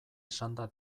esanda